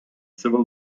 civil